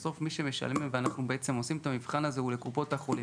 בסוף מי שמשלמים ואנחנו בעצם עושים את המבחן הזה הוא לקופות החולים.